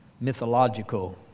mythological